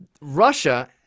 Russia